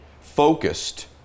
Focused